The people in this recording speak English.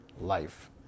life